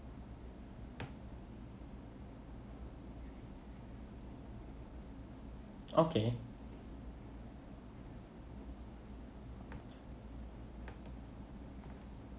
okay